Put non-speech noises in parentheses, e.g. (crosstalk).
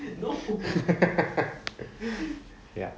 (laughs) yup